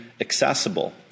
accessible